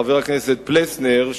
חבר הכנסת פלסנר,